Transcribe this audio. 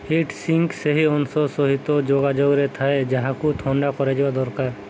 hit sink ସେହି ଅଂଶ ସହିତ ଯୋଗାଯୋଗରେ ଥାଏ ଯାହାକୁ ଥଣ୍ଡା କରାଯିବା ଦରକାର